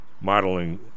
modeling